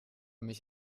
mich